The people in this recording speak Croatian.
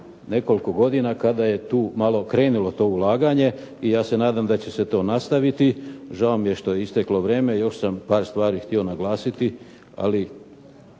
nekoliko godina kada je tu malo krenulo to ulaganje i ja se nadam da će se to nastaviti. Žao mi je što je isteklo vrijeme, još sam par stvari htio naglasiti ali